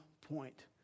point